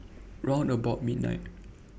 round about midnight